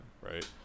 right